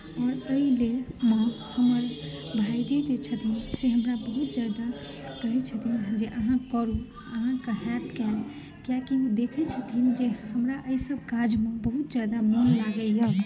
आओर एहिलेल माँ हमर भाइजी जे छथिन से हमरा बहुत ज्यादा कहैत छथिन जे अहाँ करू अहाँकेँ होयत कयल कियाकि ओ देखैत छथिन जे हमरा एहिसभ काजमे बहुत ज्यादा मोन लागैए